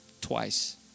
Twice